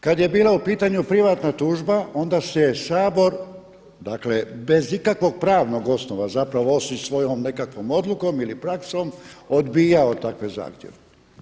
Kada je bila u pitanju privatna tužba onda se je Sabora dakle bez ikakvog pravnog osnova osim svojom nekakvom odlukom ili praksom odbijao takve zahtjeve.